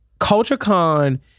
CultureCon